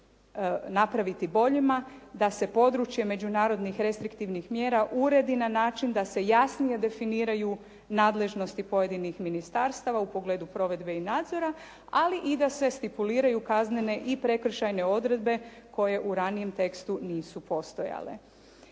napraviti boljima da se područje međunarodnih restriktivnih mjera uredi na način da se jasnije definiraju nadležnosti pojedinih ministarstava u pogledu provedbe i nadzora ali i da se stipuliraju kaznene i prekršajne odredbe koje u ranijem tekstu nisu postojale.